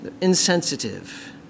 Insensitive